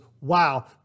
Wow